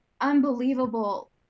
unbelievable